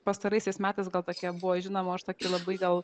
pastaraisiais metais gal tokia buvo žinoma už tokį labai dėl